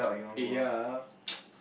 eh ya